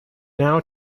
now